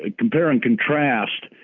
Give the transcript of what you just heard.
ah compare and contrast.